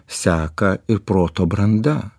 seka ir proto branda